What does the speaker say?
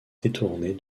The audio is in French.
détourner